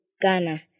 Ghana